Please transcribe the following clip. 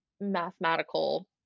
mathematical